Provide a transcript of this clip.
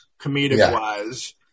Comedic-wise